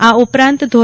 આ ઉપરાંત ધો